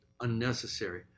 unnecessary